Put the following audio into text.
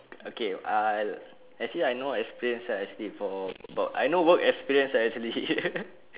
okay I actually I no experience ah actually for about I not work experience ah actually